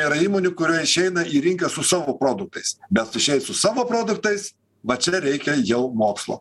yra įmonių kurie išeina į rinką su savo produktais bet su šiais su savo produktais va čia reikia jau mokslo